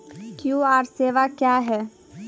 QR सेवा क्या हैं?